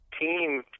team